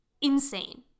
insane